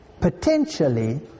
potentially